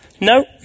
No